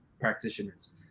practitioners